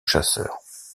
chasseurs